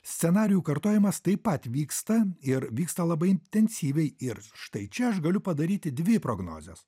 scenarijų kartojimas taip pat vyksta ir vyksta labai intensyviai ir štai čia aš galiu padaryti dvi prognozes